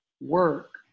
work